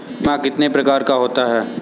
बीमा कितने प्रकार का होता है?